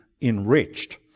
enriched